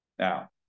Now